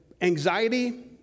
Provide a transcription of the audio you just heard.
anxiety